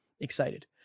excited